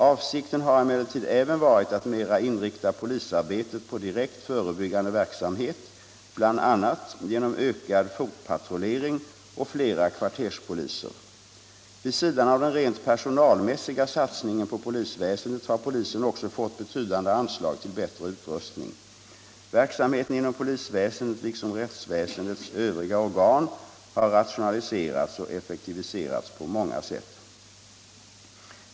Avsikten har emellertid även varit att mera inrikta polisarbetet på direkt förebyggande verksamhet, bl.a. genom ökad fotpatrullering och flera kvarterspoliser. Vid sidan av den rent personalmässiga satsningen på polisväsendet har polisen också fått betydande anslag till bättre utrustning. Verksamheten inom polisväsendet liksom rättsväsendets övriga organ har rationaliserats och effektiviserats på många sätt.